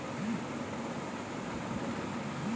चना की खेती के लिए सबसे अच्छी मिट्टी कौन होखे ला?